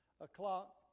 o'clock